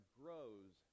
grows